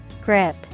Grip